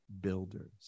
builders